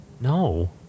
No